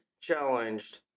challenged